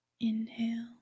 inhale